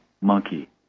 monkey